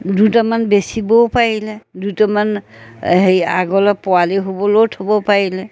দুটামান বেচিবও পাৰিলে দুটামান হেৰি আগলৈ পোৱালি হ'বলৈও থ'ব পাৰিলে